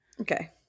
okay